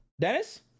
Dennis